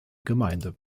gemeinde